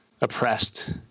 oppressed